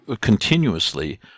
continuously